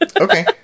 okay